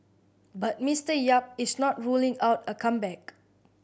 but Mister Yap is not ruling out a comeback